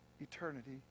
eternity